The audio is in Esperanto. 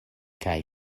kaj